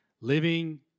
living